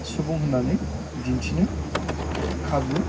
सुबुं होननानै दिन्थिनो खाबु